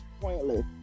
Pointless